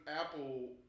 apple